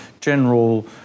general